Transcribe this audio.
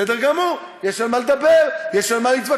בסדר גמור, יש על מה לדבר, יש על מה להתווכח.